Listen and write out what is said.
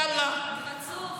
יאללה.